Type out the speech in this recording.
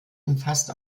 umfasst